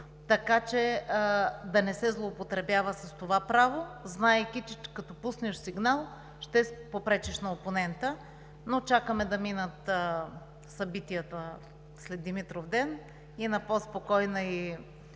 така че да не се злоупотребява с това право, знаейки, че като пуснеш сигнал, ще попречиш на опонента. Чакаме да минат събитията след Димитровден и при по-спокойна и